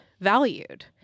valued